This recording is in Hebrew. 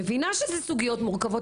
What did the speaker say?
אני מבינה שאלה סוגיות מורכבות,